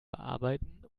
bearbeiten